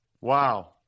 Wow